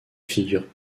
figurent